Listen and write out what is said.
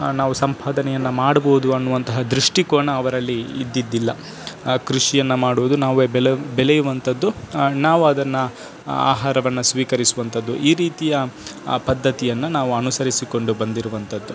ನಾವು ಸಂಪಾದನೆಯನ್ನು ಮಾಡ್ಬೋದು ಅನ್ನುವಂತಹ ದೃಷ್ಟಿಕೋನ ಅವರಲ್ಲಿ ಇದ್ದಿದ್ದಿಲ್ಲ ಕೃಷಿಯನ್ನು ಮಾಡೋದು ನಾವೇ ಬೆಲೆ ಬೆಲೆಯುವಂಥದ್ದು ನಾವು ಅದನ್ನು ಆಹಾರವನ್ನು ಸ್ವೀಕರಿಸುವಂಥದ್ದು ಈ ರೀತಿಯ ಪದ್ದತಿಯನ್ನು ನಾವು ಅನುಸರಿಸಿಕೊಂಡು ಬಂದಿರುವಂಥದ್ದು